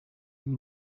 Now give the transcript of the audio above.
iyi